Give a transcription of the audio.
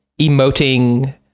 emoting